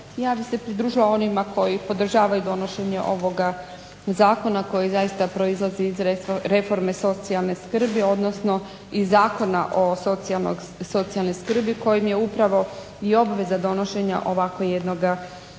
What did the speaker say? ja bih se pridružila onima koji podržavaju donošenje ovoga zakona koji zaista proizlazi iz reforme socijalne skrbi, odnosno iz Zakona o socijalnoj skrbi kojim je upravo i obveza donošenja ovako jednoga zakona.